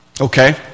okay